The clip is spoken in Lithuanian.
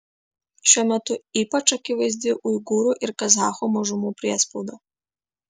šiuo metu ypač akivaizdi uigūrų ir kazachų mažumų priespauda